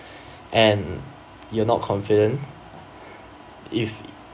and you're not confident if